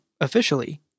officially